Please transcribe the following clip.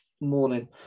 morning